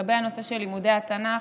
לגבי הנושא של לימודי התנ"ך,